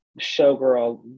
showgirl